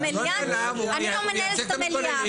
במליאה אני לא מנהלת את המליאה,